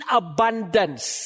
abundance